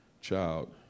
child